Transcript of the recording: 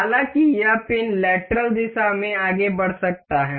हालांकि यह pin lateral दिशा में आगे बढ़ सकता है